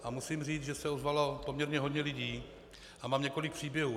A musím říct, že se ozvalo poměrně hodně lidí a mám několik příběhů.